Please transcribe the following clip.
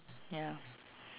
ya